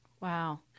Wow